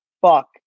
fuck